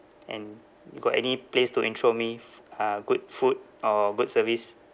and you got any place to intro me f~ uh good food or good service